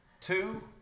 Two